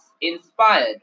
inspired